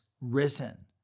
risen